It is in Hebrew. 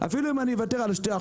אפילו אם אני אוותר על ה-2%,